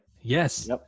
yes